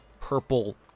purple